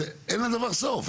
אין לדבר סוף.